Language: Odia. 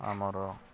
ଆମର